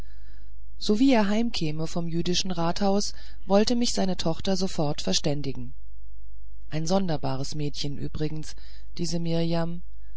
sowie er heimkäme vom jüdischen rathaus wollte mich seine tochter sofort verständigen ein sonderbares mädchen übrigens diese mirjam